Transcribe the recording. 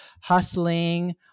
hustling